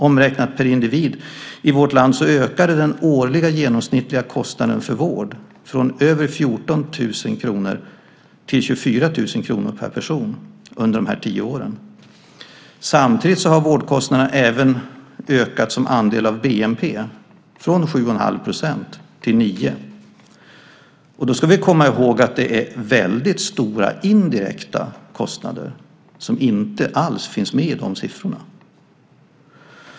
Omräknat per individ i vårt land ökade den årliga genomsnittliga kostnaden för vård från över 14 000 kr till 24 000 kr per person. Det var alltså under de här tio åren. Samtidigt har vårdkostnaderna även ökat som andel av bnp, från 7,5 % till 9 %. Då ska vi komma ihåg att det är väldigt stora indirekta kostnader som inte alls finns med i de siffrorna.